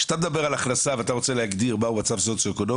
כשאתה מדבר על הכנסה ואתה רוצה להגדיר מהו מצב סוציו-אקונומי,